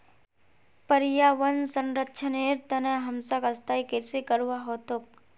पर्यावन संरक्षनेर तने हमसाक स्थायी कृषि करवा ह तोक